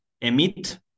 emit